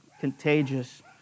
contagious